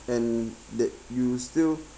and that you still